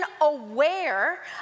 aware